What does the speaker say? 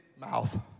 mouth